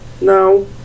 no